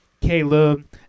Caleb